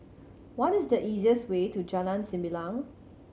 what is the easiest way to Jalan Sembilang